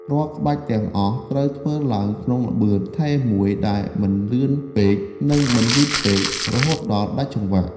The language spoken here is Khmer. រាល់ក្បាច់ទាំងអស់ត្រូវធ្វើឡើងក្នុងល្បឿនថេរមួយ ដែលមិនលឿនពេក និងមិនយឺតពេក រហូតដល់ដាច់ចង្វាក់។